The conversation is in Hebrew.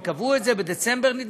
הם קבעו את זה בדצמבר 2016,